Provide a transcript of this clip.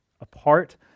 Apart